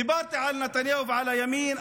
דיברתי על נתניהו ועל הימין,